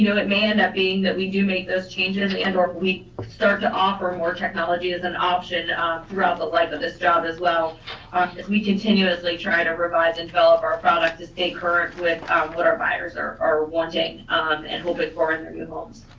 you know it may end up being that we do make those changes and or we start to offer more technology as an option throughout the life of this job as well as we continuously try to revise and develop our product to stay current with what our buyers are wanting and hoping for and their new homes.